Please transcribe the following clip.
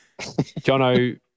Jono